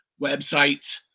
websites